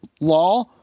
law